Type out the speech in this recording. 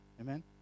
Amen